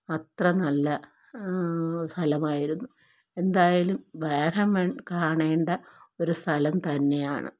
അത്ര നല്ല സ്ഥലമായിരുന്നു എന്തായാലും വാഗമൺ കാണേണ്ട ഒരു സ്ഥലം തന്നെയാണ്